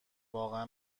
واقعا